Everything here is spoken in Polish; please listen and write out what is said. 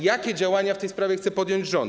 Jakie działania w tej sprawie chce podjąć rząd?